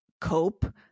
cope